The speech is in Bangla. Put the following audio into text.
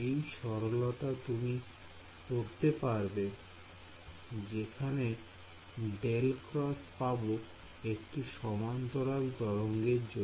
এই সরলতা তুমি করতে পারবে যেখানে ডেল ক্রস পাব একটি সমান্তরাল তরঙ্গের জন্য